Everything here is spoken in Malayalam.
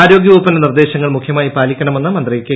ആരോഗൃവകുപ്പിന്റെ നിർദ്ദേശങ്ങൾ ് മുഖൃമായി പാലിക്കണമെന്ന് മന്ത്രി കെ